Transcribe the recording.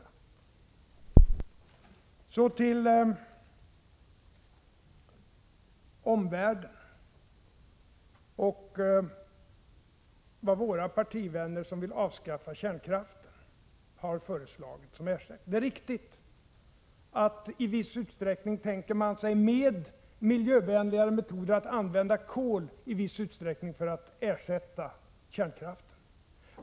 Så till omvärlden och till vad våra partivänner som vill avskaffa kärnkraften har föreslagit som ersättning. Det är riktigt att man som miljövänligare metod i viss utsträckning tänker sig använda kol för att ersätta kärnkraften.